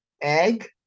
egg